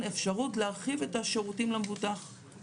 ולאזרחי ירושלים מגיעה אותה רמת טיפול ואותה